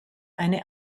eine